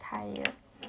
tired